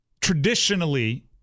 Traditionally